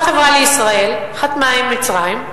ש"החברה לישראל" חתמה עם מצרים,